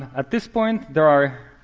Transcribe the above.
at this point, there are